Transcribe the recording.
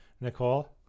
nicole